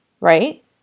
right